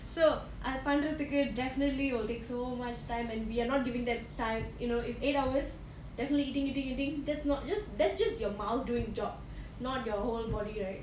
so அது பண்றதுக்கு:adhu panradhukku definitely will take so much time and we are not given that time you know if eight hours definitely eating eating eating that's not it's that's just your mouth doing the job not your whole body right